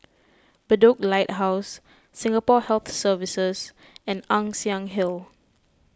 Bedok Lighthouse Singapore Health Services and Ann Siang Hill